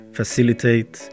facilitate